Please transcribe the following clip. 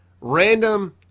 random